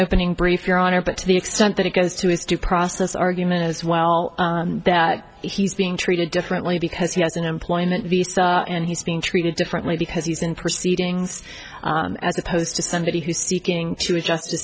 opening brief your honor but to the extent that it goes to his due process argument as well that he's being treated differently because he has an employment visa and he's being treated differently because he's in proceedings as opposed to somebody who's seeking to adjust